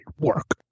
work